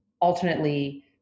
alternately